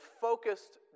focused